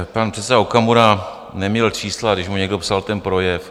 Pan předseda Okamura neměl čísla, když mu někdo psal ten projev.